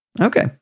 okay